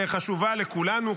שחשובה לכולנו,